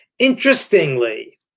Interestingly